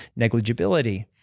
negligibility